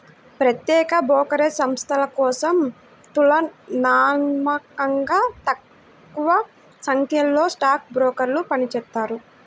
ప్రత్యేక బ్రోకరేజ్ సంస్థల కోసం తులనాత్మకంగా తక్కువసంఖ్యలో స్టాక్ బ్రోకర్లు పనిచేత్తారు